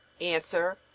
Answer